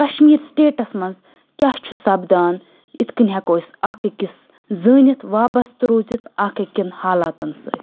Kashmir status منٛز کیٛاہ چھُ سَپدان یِتھٕ کٔنۍ ہیٚکو أسۍ اَکھ أکِس زٲنِتھ وابسطہٕ روٗزِتھ اَکھ أکۍ کٮ۪ن حالاتَن سۭتۍ